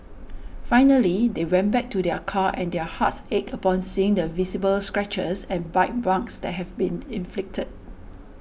finally they went back to their car and their hearts ached upon seeing the visible scratches and bite marks that have been inflicted